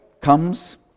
comes